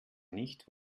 nicht